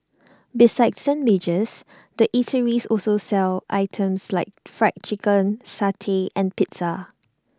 besides sandwiches the eateries also sell items like Fried Chicken satay and pizza